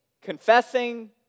confessing